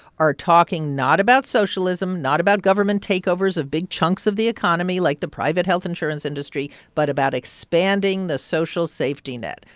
are talking not about socialism, not about government takeovers of big chunks of the economy like the private health insurance industry, but about expanding the social safety net,